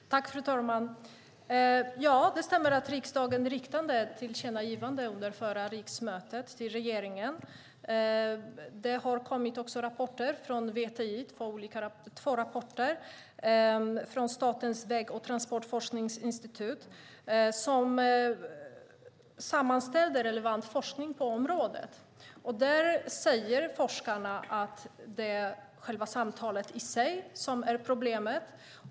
Fru talman! Ja, det stämmer att riksdagen riktade ett tillkännagivande till regeringen under förra riksmötet. Det har också kommit två rapporter från VTI, Statens väg och transportforskningsinstitut, som har sammanställt relevant forskning på området. Forskarna säger där att det är själva samtalet som är problemet.